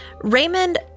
Raymond